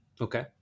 Okay